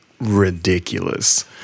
Ridiculous